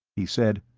he said,